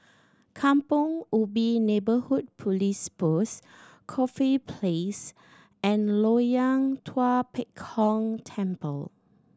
Kampong Ubi Neighbourhood Police Post Corfe Place and Loyang Tua Pek Kong Temple